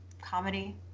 comedy